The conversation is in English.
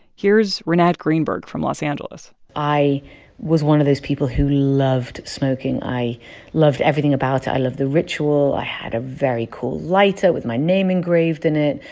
here's rinat greenberg from los angeles i was one of those people who loved smoking. i loved everything about it. i loved the ritual. i had a very cool lighter with my name engraved in it.